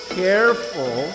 careful